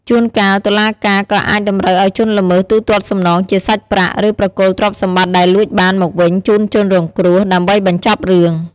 ជួនកាលតុលាការក៏អាចតម្រូវឲ្យជនល្មើសទូទាត់សំណងជាសាច់ប្រាក់ ឬប្រគល់ទ្រព្យសម្បត្តិដែលលួចបានមកវិញជូនជនរងគ្រោះ ដើម្បីបញ្ចប់រឿង។